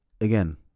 Again